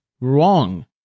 wrong